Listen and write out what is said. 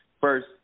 First